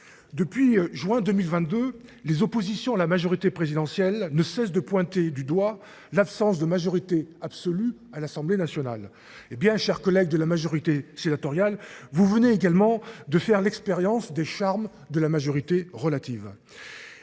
Depuis juin 2022, les oppositions à la majorité présidentielle ne cessent de pointer du doigt l'absence de majorité absolue à l'Assemblée nationale. Et bien, chers collègues de la majorité sédatoriale, vous venez également de faire l'expérience des charmes de la majorité relative.